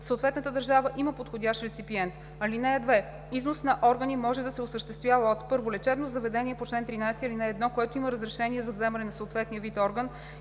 съответната държава има подходящ реципиент. (2) Износ на органи може да се осъществява от: 1. лечебно заведение по чл. 13, ал. 1, което има разрешение за вземане на съответния вид орган,